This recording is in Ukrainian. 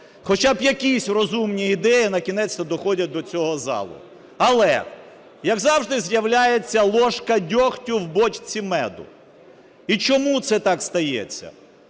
Хоча б якісь розумні ідеї накінець-то доходять до цього залу. Але, як завжди, з'являється ложка дьогтю в бочці меду. І чому це так стається?